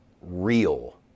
real